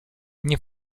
nie